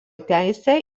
teisę